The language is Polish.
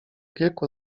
kilku